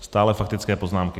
Stále faktické poznámky.